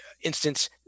instance